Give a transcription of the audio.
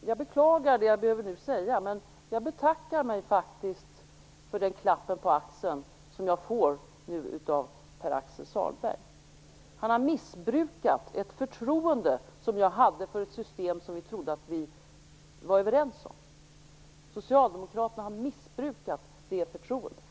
Jag beklagar det jag nu behöver säga, men jag betackar mig faktiskt för den klapp på axeln som jag nu får av Pär-Axel Sahlberg. Han har missbrukat ett förtroende som jag hade för ett system som jag trodde att vi var överens om. Socialdemokraterna har missbrukat det förtroendet.